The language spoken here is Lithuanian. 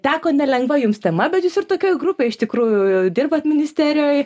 teko nelengva jums tema bet jūs ir tokioj grupėj iš tikrųjų dirbat ministerijoj